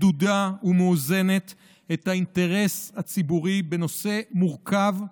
מדודה ומאוזנת את האינטרס הציבורי בנושא מורכב,